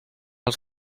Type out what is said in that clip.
els